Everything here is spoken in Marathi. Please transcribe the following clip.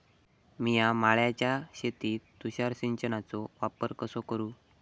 मिया माळ्याच्या शेतीत तुषार सिंचनचो वापर कसो करू?